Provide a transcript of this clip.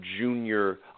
junior